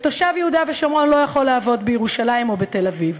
ותושב יהודה ושומרון לא יכול לעבוד בירושלים או בתל-אביב.